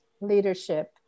leadership